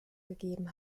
gegeben